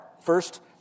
first